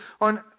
on